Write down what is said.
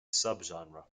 subgenre